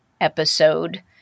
episode